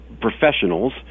professionals